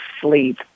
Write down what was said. sleep